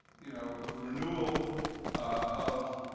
you know, the renewal of,